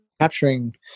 Capturing